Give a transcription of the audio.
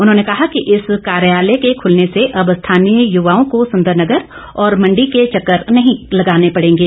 उन्होंने कहा कि इस कार्यालय के खुलने से अब स्थानीय युवाओं को सुंदरनगर और मंडी के चक्कर नहीं लगाने पड़ेंगे